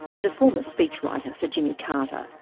and a former speechwriter for jimmy carter.